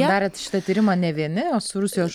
darėt šitą tyrimą ne vieni o su rusijos